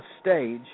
stage